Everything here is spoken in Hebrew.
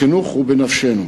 החינוך הוא בנפשנו.